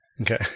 Okay